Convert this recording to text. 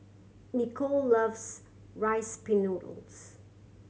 Nicole loves Rice Pin Noodles